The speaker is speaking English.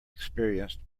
experienced